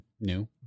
new